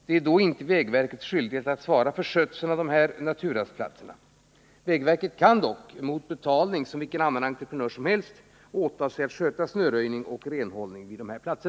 Det är då inte vägverkets skyldighet att svara för skötseln av dessa naturrastplatser. Vägverket kan dock mot betalning — som vilken annan entreprenör som helst —- åta sig att sköta snöröjning och renhållning vid dessa platser.